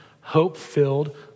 hope-filled